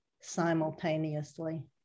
simultaneously